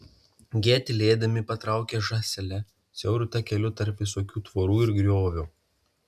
jie tylėdami patraukė žąsele siauru takeliu tarp visokių tvorų ir griovio